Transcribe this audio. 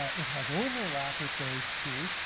ah it has overlap with those two.